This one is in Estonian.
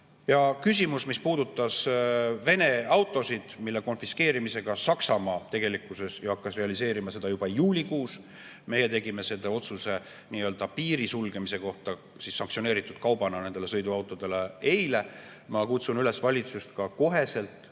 Küsimus, mis puudutab Vene autosid, mille konfiskeerimisega Saksamaa hakkas tegelikult reaalselt pihta juba juulikuus. Meie tegime otsuse piiri sulgemise kohta nii-öelda sanktsioneeritud kaubana nendele sõiduautodele eile. Ma kutsun üles valitsust koheselt